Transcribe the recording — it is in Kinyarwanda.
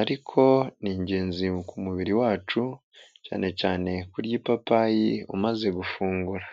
ariko ni ingenzi ku mubiri wacu cyane cyane kurya ipapayi umaze gufungura.